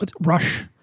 Rush